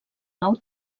nou